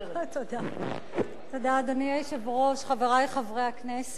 תודה, חברי חברי הכנסת,